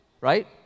right